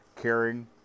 caring